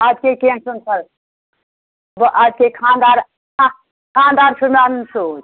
اَدٕ کیٛاہ کیٚنٛہہ چھُنہٕ پَر وۅنۍ آسہِ ہَے خانٛدار خانٛدار چھُ مےٚ اَنُن سۭتۍ